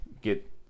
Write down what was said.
get